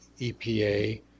EPA